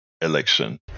election